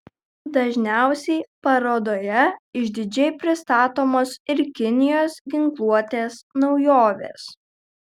dažniausiai parodoje išdidžiai pristatomos ir kinijos ginkluotės naujovės